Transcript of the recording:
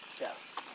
Yes